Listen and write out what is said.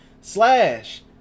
slash